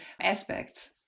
aspects